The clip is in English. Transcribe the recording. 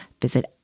visit